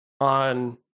on